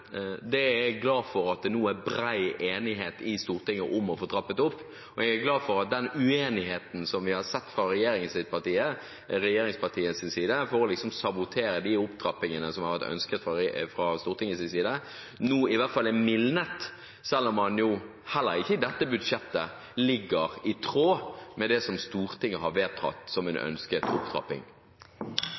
det første omsetningspåbudet. Det er jeg glad for at det nå er bred enighet i Stortinget om å få trappet opp, og jeg er glad for at den uenigheten som vi har sett fra regjeringspartienes side for å sabotere de opptrappingene som har vært ønsket fra Stortingets side, nå i hvert fall er mildnet, selv om heller ikke dette budsjettet er i tråd med det som Stortinget har vedtatt som en